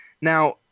Now